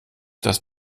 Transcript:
das